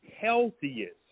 healthiest